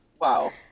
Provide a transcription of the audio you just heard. Wow